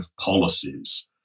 policies